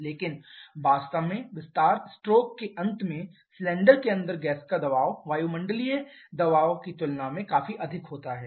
लेकिन वास्तव में विस्तार स्ट्रोक के अंत में सिलेंडर के अंदर गैस का दबाव वायुमंडलीय की तुलना में काफी अधिक है